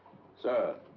sir?